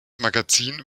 magazin